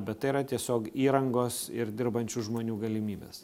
bet tai yra tiesiog įrangos ir dirbančių žmonių galimybės